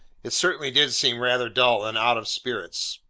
it certainly did seem rather dull and out of spirits.